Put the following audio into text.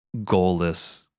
goalless